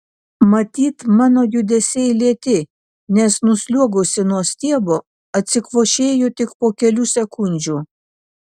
matyt mano judesiai lėti nes nusliuogusi nuo stiebo atsikvošėju tik po kelių sekundžių